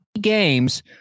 games